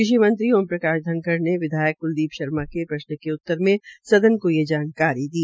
कृषि मंत्री ओम प्रकाश धनखड़ ने विधायक कृलदीप शर्मा ने प्रश्न के उत्तर मे सदन को ये जानकारी दी